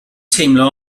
teimlo